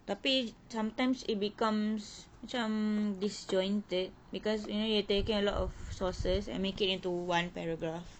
tapi sometimes it becomes macam disjointed because you know you're taking a lot of sources and make it into one paragraph